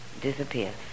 disappears